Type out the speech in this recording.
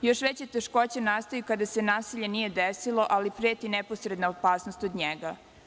Još veće teškoće nastaju kada se nasilje nije desilo, ali preti neposredna opasnost od njega.